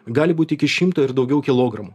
gali būt iki šimto ir daugiau kilogramų